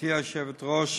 גברתי היושבת-ראש,